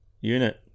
Unit